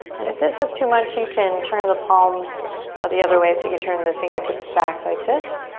and if this is too much you can turn the palms ah the other way. so you can turn the fingertips back like this.